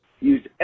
Use